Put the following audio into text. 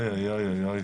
אנחנו באמת